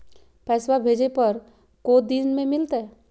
पैसवा भेजे पर को दिन मे मिलतय?